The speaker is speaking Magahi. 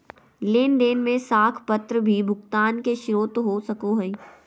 लेन देन में साख पत्र भी भुगतान के स्रोत हो सको हइ